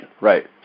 right